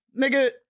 Nigga